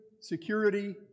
security